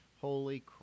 Holy